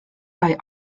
bei